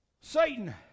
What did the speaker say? Satan